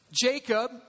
Jacob